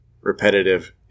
repetitive